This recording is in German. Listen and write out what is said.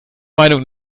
meinung